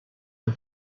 and